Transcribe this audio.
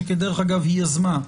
שדרך אגב היא יזמה.